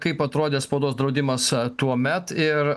kaip atrodė spaudos draudimas tuomet ir